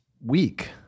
week